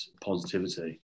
positivity